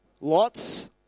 Lots